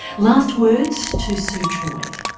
last words to sue treweek.